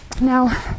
Now